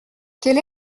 quelle